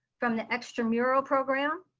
from the extramural program